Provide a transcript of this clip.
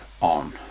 on